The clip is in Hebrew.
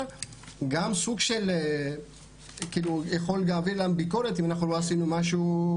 גם יכול להעביר עלינו ביקורת אם אנחנו לא עשינו משהו,